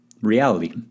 reality